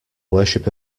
worship